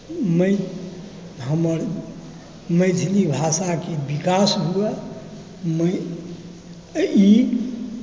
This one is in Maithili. हमर मैथिली भाषाके विकास हुए ई